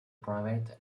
private